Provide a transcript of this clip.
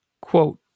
Quote